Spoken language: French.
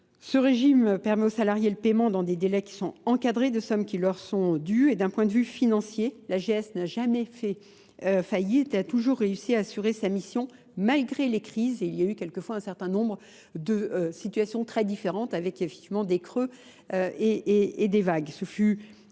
Ce régime permet aux salariés le paiement dans des délais qui sont encadrés de sommes qui leur sont dues. Et d'un point de vue financier, la GS n'a jamais fait faillir et a toujours réussi à assurer sa mission malgré les crises. Et il y a eu quelquefois un certain nombre de situations très différentes avec effectivement des creux et des vagues. Ce fut à